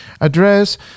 address